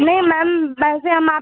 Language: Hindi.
नहीं मैम पैसे हम आप